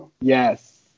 Yes